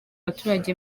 abaturage